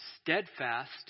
steadfast